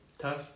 tough